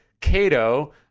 Cato